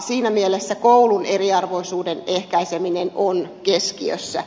siinä mielessä koulun eriarvoisuuden ehkäiseminen on keskiössä